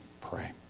pray